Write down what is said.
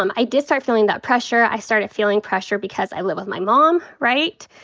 um i did start feeling that pressure. i started feeling pressure because i live with my mom, right.